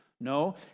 No